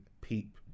peep